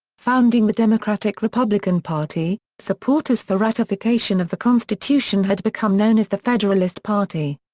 founding the democratic-republican party supporters for ratification of the constitution had become known as the federalist party.